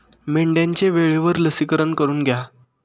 मेंढ्यांचे वेळेवर लसीकरण करून घ्या